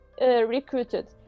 recruited